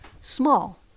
small